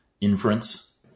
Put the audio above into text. inference